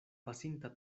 pasinta